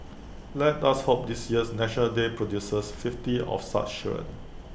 let us hope this year's National Day produces fifty of such children